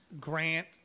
Grant